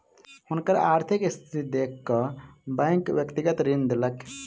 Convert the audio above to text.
हुनकर आर्थिक स्थिति देख कअ बैंक व्यक्तिगत ऋण देलक